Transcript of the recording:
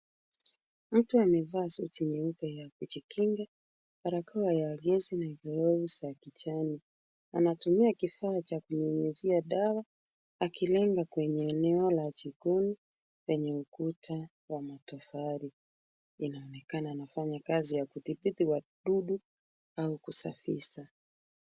Mtu amevaa suti nyeupe ya kujikinga, barakoa ya gesi na glovu za kijani. Anatumia kifaa cha kunyunyizia dawa akilenga kwenye eneo la jikoni lenye ukuta wa matofali. Inaonekana anafanya kazi ya kitibhiti wadudu au kusafisha.